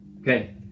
Okay